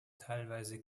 teilweise